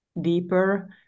deeper